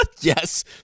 yes